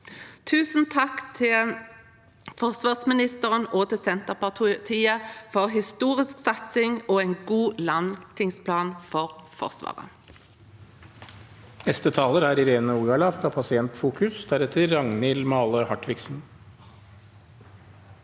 Tusen takk til forsvarsministeren og til Senterpartiet for en historisk satsing og en god langtidsplan for Forsvaret.